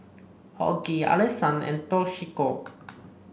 Hughie Allison and Toshiko